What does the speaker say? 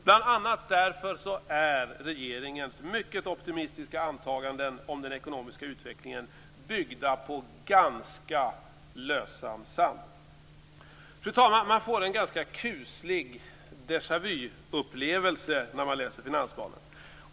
Bland annat därför är regeringens mycket optimistiska antaganden om den ekonomiska utvecklingen byggda på lösan sand. Fru talman! Man får en ganska kuslig deja-vuupplevelse när man läser finansplanen.